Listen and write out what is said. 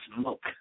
smoke